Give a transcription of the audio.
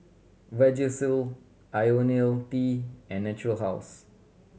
Vagisil Ionil T and Natura House